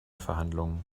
verhandlungen